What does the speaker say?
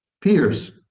peers